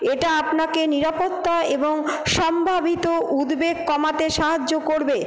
এটা আপনাকে নিরাপত্তা এবং সম্ভবিত উদ্বেগ কমাতে সাহায্য করবে